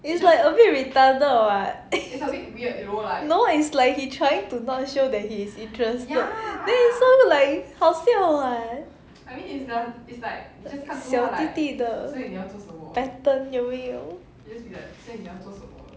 it's like a bit retarded what no is like he trying to not show that he is interested then is so like 好笑 [what] like 小弟弟的 pattern 有没有